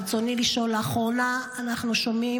ברצוני לשאול: לאחרונה אנחנו שומעים